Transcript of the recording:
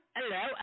Hello